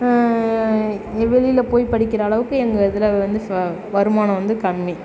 இங்கே வெளியில் போய் படிக்கிற அளவுக்கு எங்கே இதில் வந்து ஃப வருமானம் வந்து கம்மி